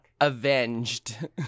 avenged